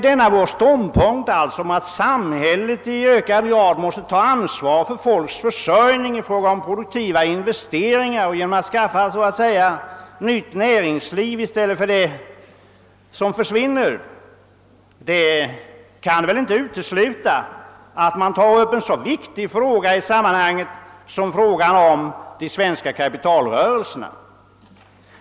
Denna vår ståndpunkt, att samhället i ökad grad måste ta ansvaret för folkets försörjning, bl.a. genom produktiva investeringar och genom tillskapandet av ett nytt näringsliv i stället för det som försvinner, kan emellertid inte utesluta att man kan ta upp en så viktig fråga i sammanhanget som de svenska kapitalrörelserna.